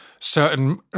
certain